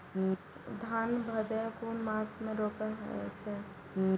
धान भदेय कुन मास में रोपनी होय छै?